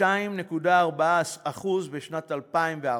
2.4% בשנת 2014